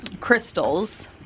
Crystals